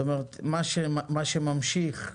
מה שממשיך,